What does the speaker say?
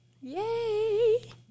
yay